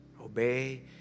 Obey